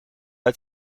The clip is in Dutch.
uit